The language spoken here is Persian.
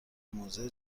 موزه